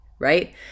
right